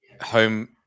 home